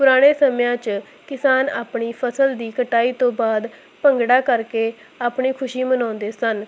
ਪੁਰਾਣੇ ਸਮਿਆਂ 'ਚ ਕਿਸਾਨ ਆਪਣੀ ਫਸਲ ਦੀ ਕਟਾਈ ਤੋਂ ਬਾਅਦ ਭੰਗੜਾ ਕਰਕੇ ਆਪਣੀ ਖੁਸ਼ੀ ਮਨਾਉਂਦੇ ਸਨ